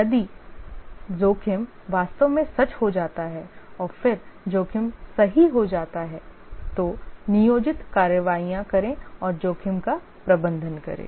यदि जोखिम वास्तव में सच हो जाता है और फिर जोखिम सही हो जाता है तो नियोजित कार्रवाइयाँ करें और जोखिमों का प्रबंधन करें